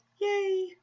yay